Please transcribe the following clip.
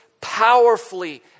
powerfully